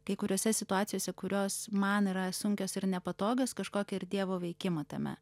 kai kuriose situacijose kurios man yra sunkios ir nepatogios kažkokią ir dievo veikimą tame